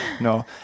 No